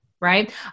right